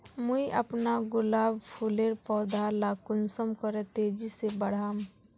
मुई अपना गुलाब फूलेर पौधा ला कुंसम करे तेजी से बढ़ाम?